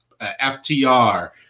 FTR